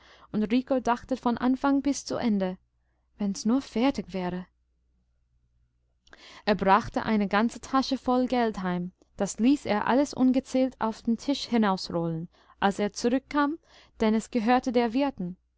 und rico dachte von anfang bis zu ende wenn's nur fertig wäre er brachte eine ganze tasche voll geld heim das ließ er alles ungezählt auf den tisch hinausrollen als er zurückkam denn es gehörte der